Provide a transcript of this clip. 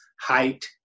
height